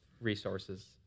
resources